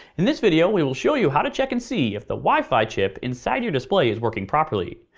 in this video we will show you how to check and see if the wi-fi chip inside your display is working properly.